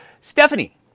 Stephanie